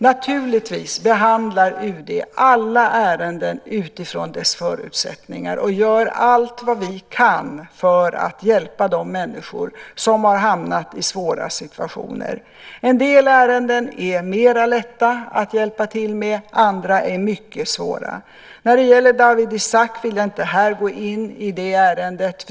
Naturligtvis behandlar UD alla ärenden utifrån deras förutsättningar, och vi gör allt vad vi kan för att hjälpa de människor som hamnat i svåra situationer. En del ärenden är mer lätta att hjälpa till med, medan andra är mycket svåra. När det gäller Dawit Isaak vill jag inte här och nu gå in i det ärendet.